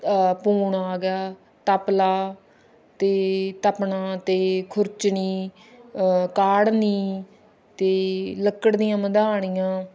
ਪੌਣਾ ਆ ਗਿਆ ਤਬਲਾ ਅਤੇ ਤਪਣਾ ਅਤੇ ਖੁਰਚਣੀ ਕਾੜਨੀ ਅਤੇ ਲੱਕੜ ਦੀਆਂ ਮਧਾਣੀਆਂ